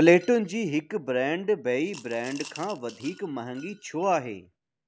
प्लेटुनि जी हिकु ब्रांड ॿई ब्रांड खां वधीक महांगी छो आहे